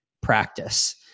practice